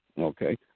okay